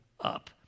up